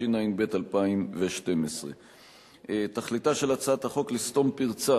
התשע"ב 2012. תכליתה של הצעת החוק לסתום פרצה